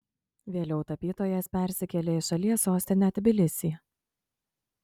vėliau tapytojas persikėlė į šalies sostinę tbilisį